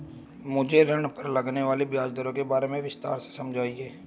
मुझे ऋण पर लगने वाली ब्याज दरों के बारे में विस्तार से समझाएं